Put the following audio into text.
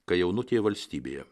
kai jaunutėje valstybėje